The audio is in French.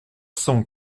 cent